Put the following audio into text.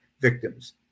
victims